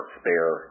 spare